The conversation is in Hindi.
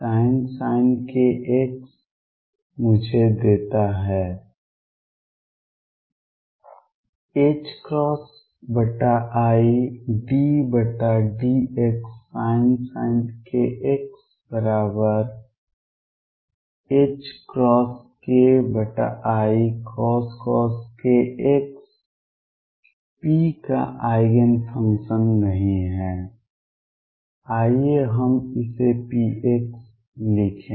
sin kx मुझे देता है iddxsin kx ℏkicos kx p का आइगेन फंक्शन नहीं है आइए हम इसे px लिखें